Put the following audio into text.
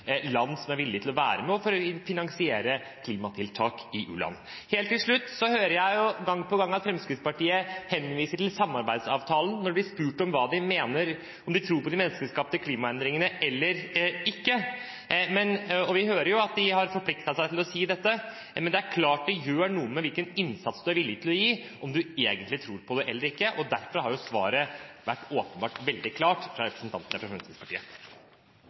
land som er villige til å være med på å finansiere klimatiltak i u-land. Helt til slutt: Jeg hører gang på gang at Fremskrittspartiet henviser til samarbeidsavtalen når de blir spurt om hva de mener; om de tror på de menneskeskapte klimaendringene eller ikke. Vi hører jo at de har forpliktet seg til å si dette, men det er klart det gjør noe med hvilken innsats man er villig til å yte, om man egentlig tror på det eller ikke. Derfor har svaret vært veldig klart fra representantene for Fremskrittspartiet. Flere har ikke bedt om ordet til sak nr. 5. Etter ønske fra